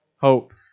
Hope